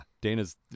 Dana's